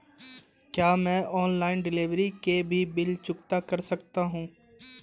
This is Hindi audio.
क्या मैं ऑनलाइन डिलीवरी के भी बिल चुकता कर सकता हूँ?